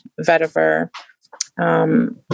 vetiver